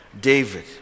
David